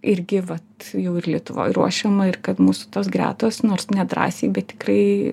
irgi vat jau ir lietuvoj ruošiama ir kad mūsų tos gretos nors nedrąsiai bet tikrai